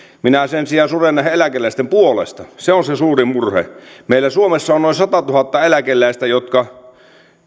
minä sen sijaan suren eläkeläisten puolesta se on se suurin murhe meillä suomessa on noin satatuhatta eläkeläistä jotka